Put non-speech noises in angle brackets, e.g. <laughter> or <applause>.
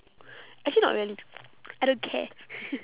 actually not really I don't care <noise>